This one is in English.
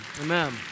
Amen